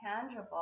tangible